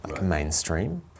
mainstream